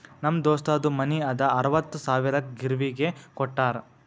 ನಮ್ ದೋಸ್ತದು ಮನಿ ಅದಾ ಅರವತ್ತ್ ಸಾವಿರಕ್ ಗಿರ್ವಿಗ್ ಕೋಟ್ಟಾರ್